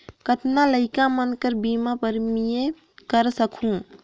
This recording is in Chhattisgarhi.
कतना लइका मन कर बीमा प्रीमियम करा सकहुं?